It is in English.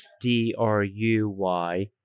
D-R-U-Y